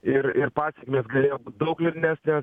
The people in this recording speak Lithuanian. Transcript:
ir ir pasekmės galėjo būt daug liūdnesnės